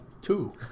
two